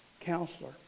Counselor